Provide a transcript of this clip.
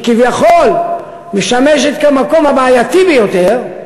שכביכול משמשת כמקום הבעייתי ביותר,